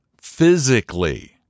physically